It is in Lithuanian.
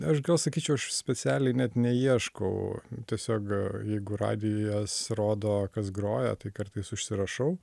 aš gal sakyčiau aš specialiai net neieškau tiesiog jeigu radijas rodo kas groja tai kartais užsirašau